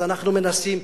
אז אנחנו מנסים,